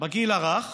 בגיל הרך